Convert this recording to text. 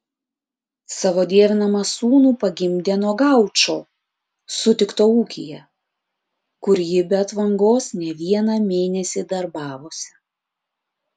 savo dievinamą sūnų pagimdė nuo gaučo sutikto ūkyje kur ji be atvangos ne vieną mėnesį darbavosi